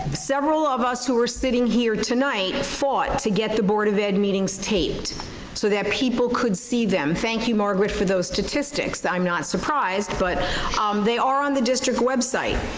several of us who were sitting here tonight fought to get the board of ed meetings taped so that people could see them. thank you, margaret, for those statistics. i'm not surprised but they are on the district website.